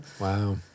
Wow